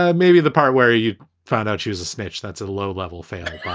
ah maybe the part where you found out she was a snitch. that's a low level failure.